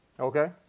Okay